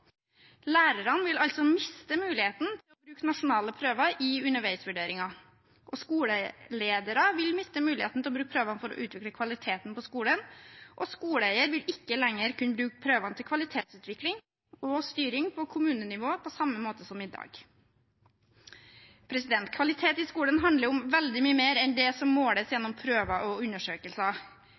Lærerne vil altså miste muligheten til å bruke nasjonale prøver i underveisvurderingen, skoleledere vil miste muligheten til å bruke prøvene for å utvikle kvaliteten på skolen, og skoleeier vil ikke lenger kunne bruke prøvene til kvalitetsutvikling og styring på kommunenivå på samme måte som i dag. Kvalitet i skolen handler om veldig mye mer enn det som måles gjennom prøver og undersøkelser.